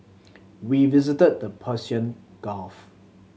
we visited the Persian Gulf